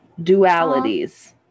dualities